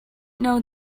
know